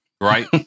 right